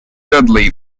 dudley